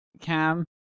Cam